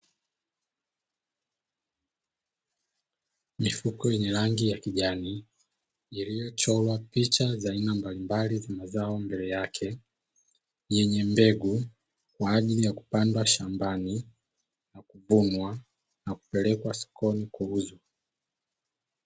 Mifuko yenye rangi ya kijani iliyochorwa picha za aina mbalimbali za mazao mbele yake yenye mbegu, kwa ajili ya kupandwa shambani na kuvunwa na kupelekwa sokoni kuuzwa.